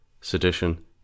sedition